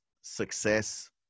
success